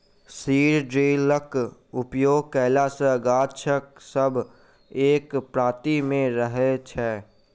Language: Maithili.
सीड ड्रिलक उपयोग कयला सॅ गाछ सब एक पाँती मे रहैत छै